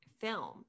film